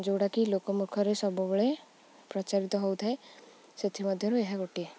ଯେଉଁଟାକି ଲୋକମୁଖରେ ସବୁବେଳେ ପ୍ରଚାରିତ ହେଉଥାଏ ସେଥିମଧ୍ୟରୁ ଏହା ଗୋଟିଏ